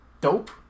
Dope